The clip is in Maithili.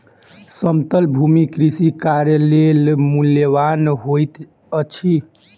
समतल भूमि कृषि कार्य लेल मूल्यवान होइत अछि